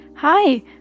Hi